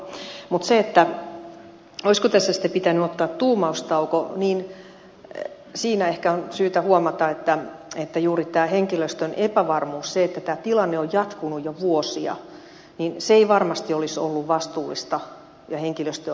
mutta siinä olisiko tässä sitten pitänyt ottaa tuumaustauko ehkä on syytä huomata että juuri tämä henkilöstön epävarmuus se että tämä tilanne on jatkunut jo vuosia ei varmasti olisi ollut vastuullista ja henkilöstöä arvostavaa politiikkaa